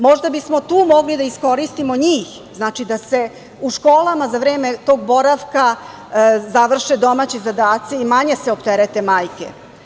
Možda bismo tu mogli da iskoristimo njih, znači da se u školama za vreme tog boravka završe domaći zadaci i manje se opterete majke.